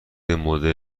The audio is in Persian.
مدرن